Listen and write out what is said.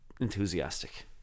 enthusiastic